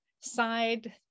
side